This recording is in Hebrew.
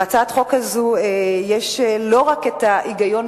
בהצעת החוק הזו יש לא רק ההיגיון,